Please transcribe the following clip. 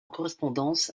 correspondance